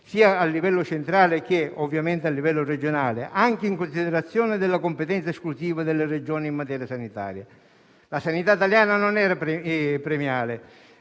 a livello sia centrale che, ovviamente, regionale, anche in considerazione della competenza esclusiva delle Regioni in materia sanitaria. La sanità italiana non era premiale: